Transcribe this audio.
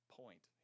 point